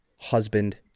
husband